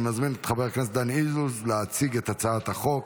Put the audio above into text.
אני מזמין את חבר הכנסת דן אילוז להציג את הצעת החוק.